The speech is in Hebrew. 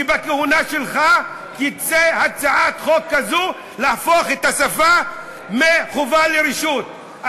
שבכהונה שלך תצא הצעת חוק כזאת להפוך את לימוד השפה מחובה לרשות.